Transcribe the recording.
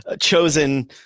chosen